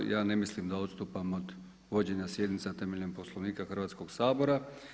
Ja ne mislim da odstupam od vođenja sjednica temeljem Poslovnika Hrvatskog sabora.